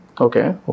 Okay